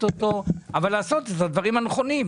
אותו אבל לעשות את הדברים הנכונים.